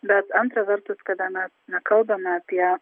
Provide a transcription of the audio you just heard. bet antra vertus kada mes na kalbame apie